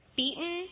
beaten